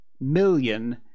million